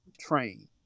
train